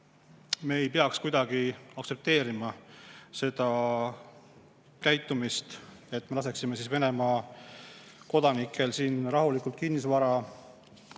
Me ei peaks kuidagi aktsepteerima seda käitumist, lastes Venemaa kodanikel siin rahulikult kinnisvara